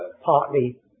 partly